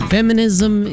Feminism